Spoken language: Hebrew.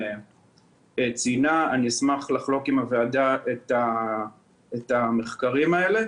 ואני אשמח לחלוק עם הוועדה את המחקרים האלה.